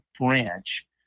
branch